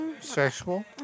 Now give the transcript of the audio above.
Sexual